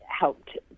helped